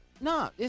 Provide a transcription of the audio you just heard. No